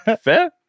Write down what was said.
Fair